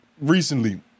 recently